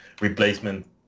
replacement